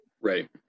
Right